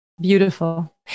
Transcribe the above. Beautiful